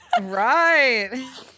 right